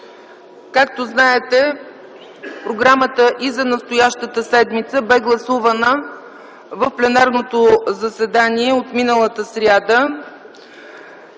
както знаете, програмата и за настоящата седмица бе гласувана в пленарното заседание миналата сряда.